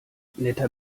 netter